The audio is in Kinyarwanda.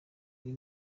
ari